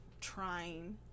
trying